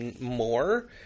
more